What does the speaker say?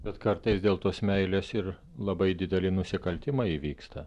bet kartais dėl tos meilės ir labai dideli nusikaltimai įvyksta